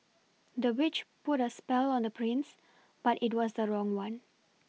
the witch put a spell on the prince but it was the wrong one